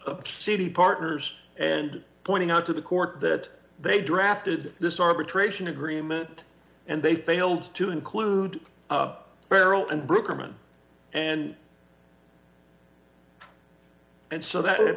of city partners and pointing out to the court that they drafted this arbitration agreement and they failed to include feral and brooklyn and and so that it